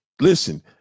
listen